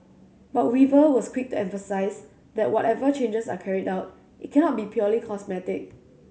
but Weaver was quick to emphasise that whatever changes are carried out it cannot be purely cosmetic